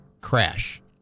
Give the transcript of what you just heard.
crash